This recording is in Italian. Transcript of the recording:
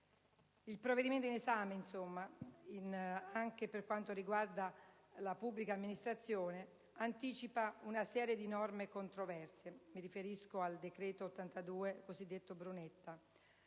Il provvedimento in esame, anche per quanto riguarda la pubblica amministrazione anticipa una serie di norme controverse. Mi riferisco al decreto legislativo n.